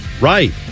right